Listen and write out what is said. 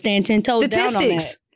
statistics